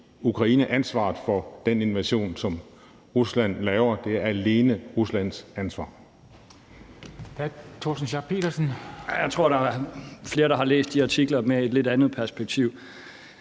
Ukraine ansvaret for den invasion, som Rusland laver, det er alene Ruslands ansvar.